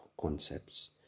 concepts